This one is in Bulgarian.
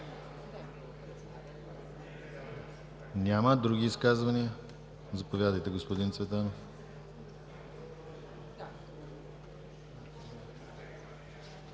Няма Други изказвания? Заповядайте, господин Цветанов.